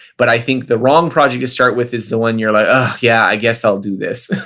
but i think the wrong project to start with is the one you're like, ugh, yeah, i guess i'll do this.